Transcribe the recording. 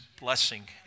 blessing